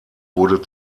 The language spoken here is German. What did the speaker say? wurde